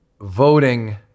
voting